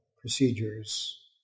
procedures